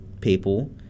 people